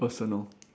personal